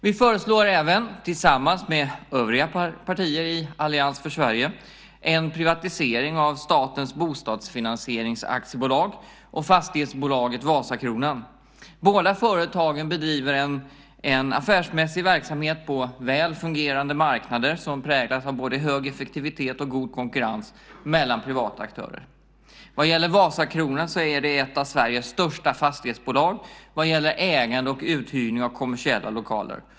Vi föreslår även, tillsammans med övriga partier i Allians för Sverige, en privatisering av Statens bostadsfinansieringsaktiebolag och fastighetsbolaget Vasakronan. Båda företagen bedriver en affärsmässig verksamhet på väl fungerande marknader som präglas av både hög effektivitet och god konkurrens mellan privata aktörer. Vasakronan är ett av Sveriges största fastighetsbolag vad gäller ägande och uthyrande av kommersiella lokaler.